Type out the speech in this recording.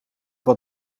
wat